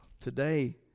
today